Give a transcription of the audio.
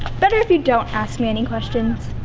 better if you don't ask me any questions.